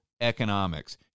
economics